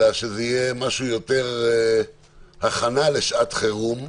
אלא שזה יהיה הכנה לשעת חירום,